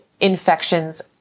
infections